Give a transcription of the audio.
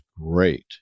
great